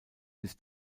bis